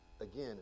again